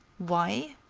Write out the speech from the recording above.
why?